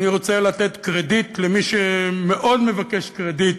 אני רוצה לתת קרדיט למי שמאוד מבקש קרדיט,